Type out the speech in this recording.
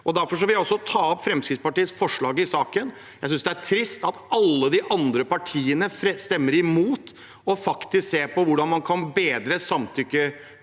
Derfor vil jeg ta opp Fremskrittspartiets forslag i saken. Jeg synes det er trist at alle de andre partiene stemmer imot å se på hvordan man kan bedre